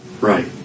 Right